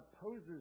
opposes